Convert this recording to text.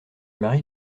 mari